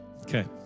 Okay